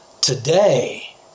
today